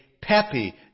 peppy